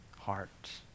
heart